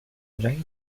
jackie